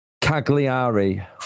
Cagliari